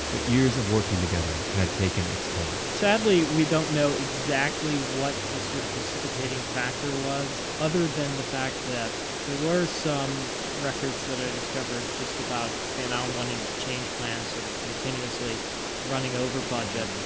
but years of working together had taken its toll sadly, we don't know exactly what the sort of precipitating factor was other than the fact that there were some records that are discovered just about van alen wanting to change plans sort of continuously running over budget,